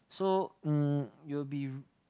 so um you'll be